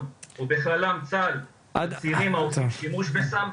ובכללם צה"ל על צעירים העושים שימוש בסם.